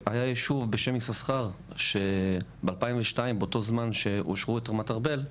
ישוב בשם יששכר שב-2002 באותו זמן שאישרו את רמת ארבל,